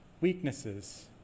weaknesses